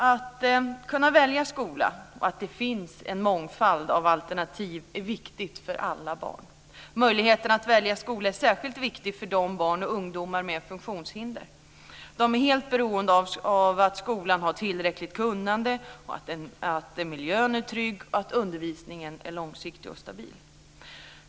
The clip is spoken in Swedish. Att kunna välja skola och att det finns en mångfald av alternativ är viktigt för alla barn. Möjligheten att välja skola är särskilt viktig för barn och ungdomar med funktionshinder. De är helt beroende av att skolan har tillräckligt kunnande, att miljön är trygg och att undervisningen är långsiktig och stabil.